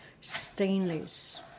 stainless